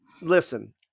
listen